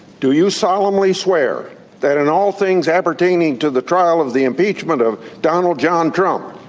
do you solemnly swear that in all things appertaining to the trial of the impeachment of donald john trump,